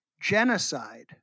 genocide